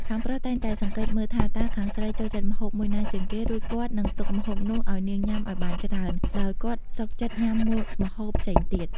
ខាងប្រុសតែងតែសង្កេតមើលថា តើខាងស្រីចូលចិត្តម្ហូបមួយណាជាងគេ រួចគាត់នឹងទុកម្ហូបនោះឱ្យនាងញ៉ាំឱ្យបានច្រើន ដោយគាត់សុខចិត្តញ៉ាំមុខម្ហូបផ្សេងវិញ។